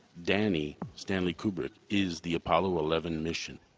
danny, stanley kubric, is the apollo eleven mission.